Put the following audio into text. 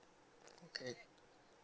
okay